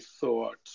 thought